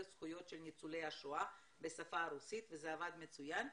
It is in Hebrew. זכויות של ניצולי שואה בשפה הרוסית וזה עבד מצוין,